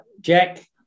Jack